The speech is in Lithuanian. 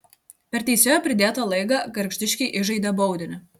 per teisėjo pridėtą laiką gargždiškiai įžaidė baudinį